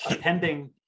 pending